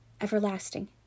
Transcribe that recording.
everlasting